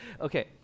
Okay